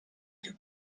più